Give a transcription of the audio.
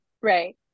Right